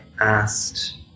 asked